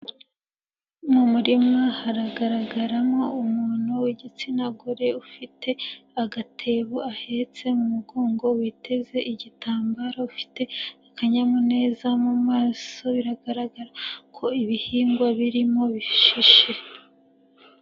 Mu murima haragaragaramo umuntu w'igitsina gore ufite agatebo ahetse mu mugongo witeze igitambaro ufite akanyamuneza mu maso biragaragara ko ibihingwa birimo bishishe.